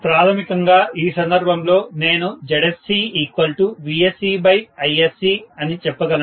ప్రాథమికంగా ఈ సందర్భంలో నేను ZscVscIsc అని చెప్పగలను